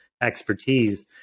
expertise